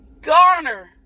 garner